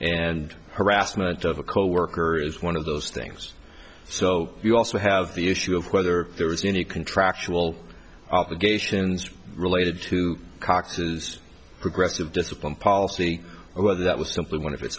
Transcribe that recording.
and harassment of a coworker is one of those things so you also have the issue of whether there was any contractual obligations related to cox's progressive discipline policy or whether that was simply one of it